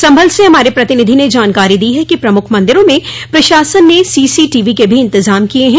संभल से हमारे प्रतिनिधि ने जानकारी दी है कि प्रमुख मंदिरों में प्रशासन ने सीसी टीवी के भी इंतजाम किये हैं